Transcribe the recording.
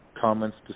comments